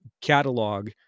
catalog